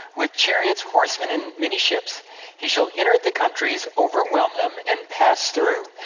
with chariots, horsemen, and many ships he shall enter the countries, overwhelm them, and pass through.